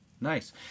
nice